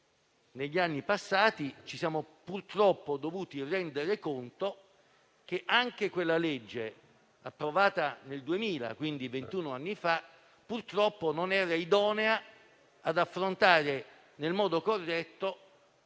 negli anni passati - ci siamo dovuti rendere conto che anche quella legge, approvata nel 2000, quindi ventun anni fa, purtroppo, non era idonea ad affrontare nel modo corretto